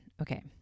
Okay